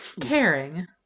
Caring